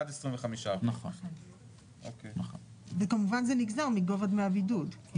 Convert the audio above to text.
עד 25%. וזה נגזר מגובה דמי הבידוד.